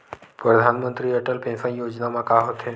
परधानमंतरी अटल पेंशन योजना मा का होथे?